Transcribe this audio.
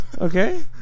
okay